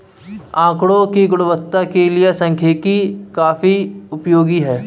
आकड़ों की गुणवत्ता के लिए सांख्यिकी काफी उपयोगी है